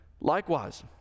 likewise